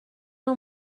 اون